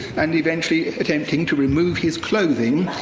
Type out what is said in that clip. and, eventually, attempting to remove his clothing.